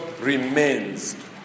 remains